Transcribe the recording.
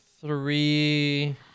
three